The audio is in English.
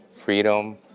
freedom